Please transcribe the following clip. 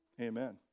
Amen